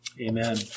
Amen